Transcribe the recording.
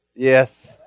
Yes